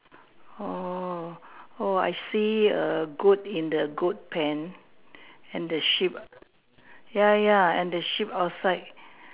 oh oh I see a goat in the goat pen and the sheep ya ya and the sheep outside